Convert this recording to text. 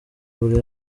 buri